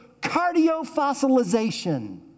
cardio-fossilization